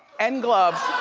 and gloves,